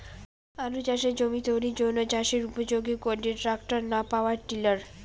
আলু চাষের জমি তৈরির জন্য চাষের উপযোগী কোনটি ট্রাক্টর না পাওয়ার টিলার?